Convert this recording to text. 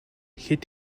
хэд